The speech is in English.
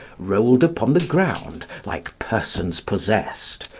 rolled upon the ground like persons possessed,